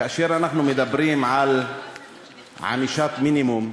כאשר אנחנו מדברים על ענישת מינימום,